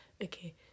Okay